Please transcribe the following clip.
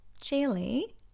chili